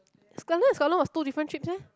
is considered of two different trips leh